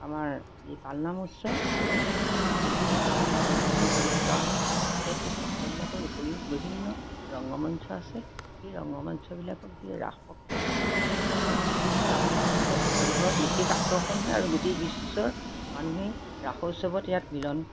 আমাৰ যি পালনাম উৎসৱ আৰু গোটেই মাজুলীতে আমাৰ বিভিন্ন সত্ৰ আছে সেই সত্ৰবিলাকৰ উপৰিও বিভিন্ন ৰঙ্গ মঞ্চ আছে সেই ৰঙ্গমঞ্চবিলাকক যি ৰাসক্ৰিয়া ৰাসম উৎসৱ হয় সেই ৰাসম উৎসৱটোৰ ওপৰত বিশেষ আকৰ্ষণ হয় আৰু গোটেই বিশ্বৰ মানুহেই ৰাস উৎসৱত ইয়াত মিলন